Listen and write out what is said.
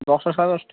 দশটা সাড়ে দশটা